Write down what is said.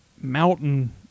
mountain